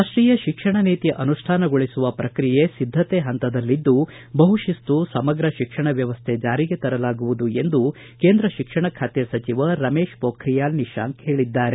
ರಾಷ್ಟೀಯ ಶಿಕ್ಷಣ ನೀತಿ ಅನುಷ್ಯಾನಗೊಳಿಸುವ ಪ್ರಕ್ರಿಯೆ ಸಿದ್ಧತೆ ಹಂತದಲ್ಲಿದ್ದು ಬಹುಶಿಸ್ತು ಸಮಗ್ರ ಶಿಕ್ಷಣ ವ್ಯವಸ್ಥೆ ಜಾರಿಗೆ ತರಲಾಗುವುದು ಎಂದು ಕೇಂದ್ರ ಶಿಕ್ಷಣ ಸಚಿವ ರಮೇಶ್ ಮೊಖ್ರೀಯಾಲ್ ನಿಶಾಂಕ್ ಹೇಳಿದ್ದಾರೆ